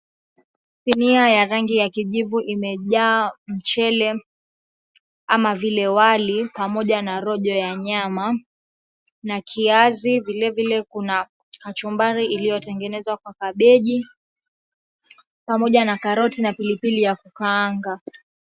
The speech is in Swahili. Sinia ya rangi ya kijivu imejaa mchele ama vile wali pamoja na rojo ya nyama na kiazi vilevile kuna kachumbari iliyotengenezwa kwa kabeji pamoja na karoti na pilipili ya kukaanga.